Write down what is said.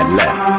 left